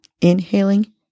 inhaling